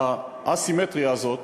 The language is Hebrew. האסימטריה הזאת,